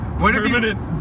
permanent